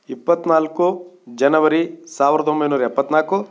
ಇಪ್ಪತ್ನಾಲ್ಕು ಜನವರಿ ಸಾವಿರದ ಒಂಬೈನೂರ ಎಪ್ಪತ್ನಾಲ್ಕು